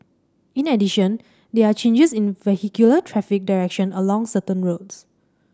in addition there are changes in vehicular traffic direction along certain roads